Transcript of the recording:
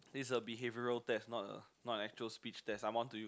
this is a behavioural test not a not an actual speech test I'm on to you